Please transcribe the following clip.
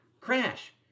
crash